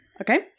Okay